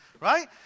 Right